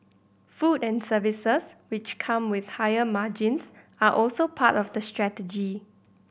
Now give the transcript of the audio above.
food and services which come with higher margins are also part of the strategy